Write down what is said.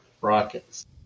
Rockets